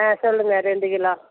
ஆ சொல்லுங்கள் ரெண்டு கிலோ